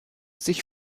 sich